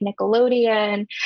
Nickelodeon